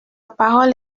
parole